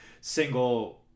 single